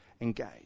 engage